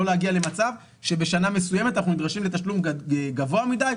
לא להגיע למצב שבשנה מסוימת אנחנו נדרשים לתשלום גבוה מדי.